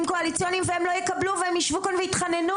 קואליציוניים והם לא יקבלו והם ישבו כאן ויתחננו.